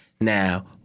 Now